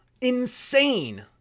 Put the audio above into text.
insane